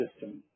system